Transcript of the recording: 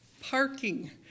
Parking